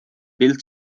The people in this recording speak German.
bild